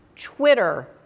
Twitter